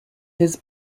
his